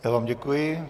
Já vám děkuji.